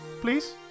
please